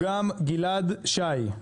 גלעד שי,